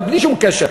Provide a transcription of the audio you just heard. אבל בלי שום קשר,